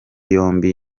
yombi